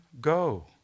go